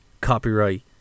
copyright